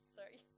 Sorry